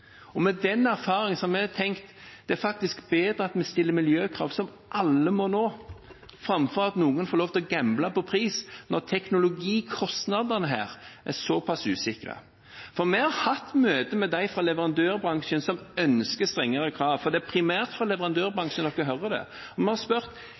Med den erfaringen har vi tenkt at det er bedre at vi stiller miljøkrav som alle må nå, framfor at noen får lov til å gamble på pris, når teknologikostnadene er såpass usikre. Vi har hatt møter med dem fra leverandørbransjen som ønsker strengere krav – det er primært fra leverandørbransjen en hører det – og vi har spurt: